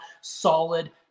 solid